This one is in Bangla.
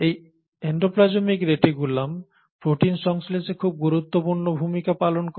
এই এন্ডোপ্লাজমিক রেটিকুলাম প্রোটিন সংশ্লেষে খুব গুরুত্বপূর্ণ ভূমিকা পালন করে